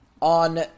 on